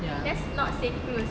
just not say cruise